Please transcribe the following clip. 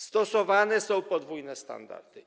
Stosowane są podwójne standardy.